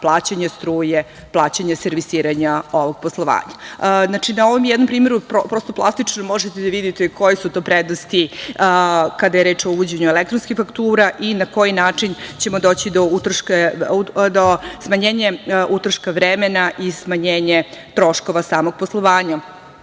plaćanje struje, plaćanje servisiranja ovog poslovanja. Znači, na ovom jednom primeru, prosto plastičnom, možete da vidite koje su to prednosti kada je reč o uvođenju elektronskih faktura i na koji način ćemo doći do smanjenja utroška vremena i smanjenja troškova samog poslovanja.